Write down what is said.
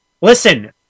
listen